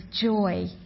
joy